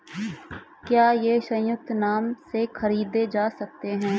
क्या ये संयुक्त नाम से खरीदे जा सकते हैं?